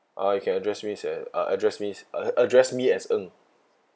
uh you can address me as~ uh address me uh uh address me as ng